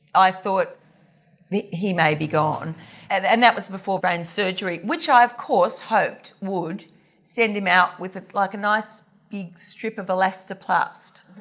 i thought he may be gone and and that was before brain surgery which, i of course hoped would send him out with a like and nice big strip of elastoplast,